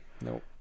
Nope